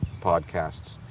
podcasts